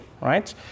right